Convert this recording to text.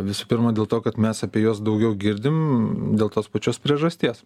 visų pirma dėl to kad mes apie juos daugiau girdim dėl tos pačios priežasties